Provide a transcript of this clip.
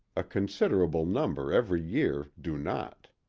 a considerable number every year do not.